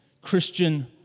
Christian